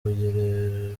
rugerero